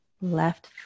left